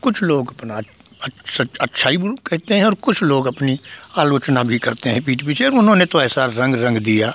कुछ लोग अपना अच्छाई कहते हैं और कुछ लोग अपनी आलोचना भी करते हैं पीठ पीछे अब उन्होंने तो ऐसा रंग रंग दिया